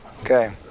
Okay